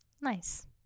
Nice